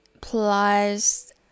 plus